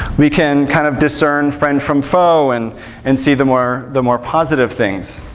we can kind of discern friend from foe and and see the more the more positive things.